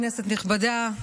כנסת נכבדה,